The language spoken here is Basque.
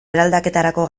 eraldaketarako